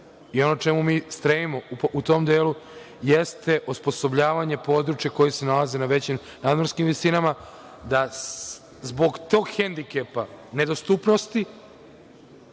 i ono čemu mi stremimo u tom delu jeste osposobljavanje područja koja se nalaze na većim nadmorskim visinama. Zbog tog hendikepa nedostupnosti,